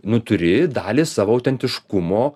nu turi dalį savo autentiškumo